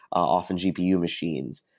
often gpu machines,